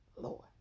Lord